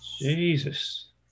jesus